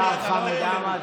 השר חמד עמאר.